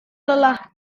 lelah